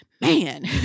man